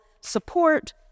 support